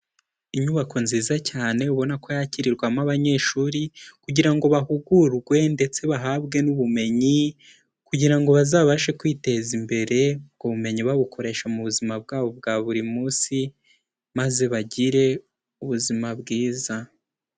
Inyubako nziza cyane ubona ko yakirirwamo abanyeshuri kugira ngo bahugurwe ndetse bahabwe n'ubumenyi kugira ngo bazabashe kwiteza imbere, ubwo bumenyi babukoresha mu buzima bwabo bwa buri munsi maze bagire ubuzima bwiza.